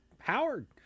Howard